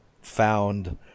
found